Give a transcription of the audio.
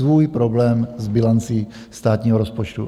Svůj problém s bilancí státního rozpočtu.